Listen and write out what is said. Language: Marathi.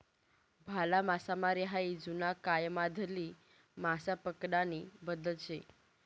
भाला मासामारी हायी जुना कायमाधली मासा पकडानी पद्धत शे